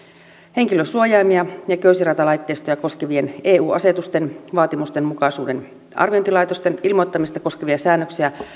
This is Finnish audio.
henkilönsuojaimia ja köysiratalaitteistoja koskevien eu asetusten vaatimustenmukaisuuden arviointilaitosten ilmoittamista koskevia säännöksiä